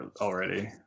already